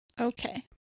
okay